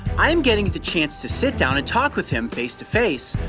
i am getting the chance to sit down and talk with him face to face,